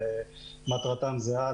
מטרתם זהה,